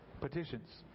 petitions